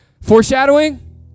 Foreshadowing